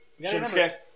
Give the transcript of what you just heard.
Shinsuke